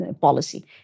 policy